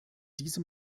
diesem